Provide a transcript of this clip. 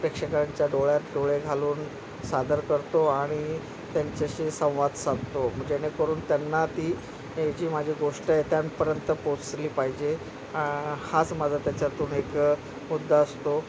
प्रेक्षकांच्या डोळ्यात डोळे घालून सादर करतो आणि त्यांच्याशी संवाद साधतो जेणेकरून त्यांना ती जी माझी गोष्ट आहे त्यांपर्यंत पोहोचली पाहिजे हाच माझा त्याच्यातून एक मुद्दा असतो